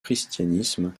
christianisme